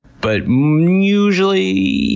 but usually,